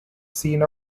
scene